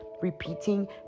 repeating